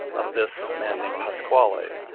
of this man named pasquale.